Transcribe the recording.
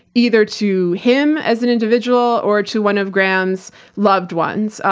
either to him, as an individual, or to one of graham's loved ones.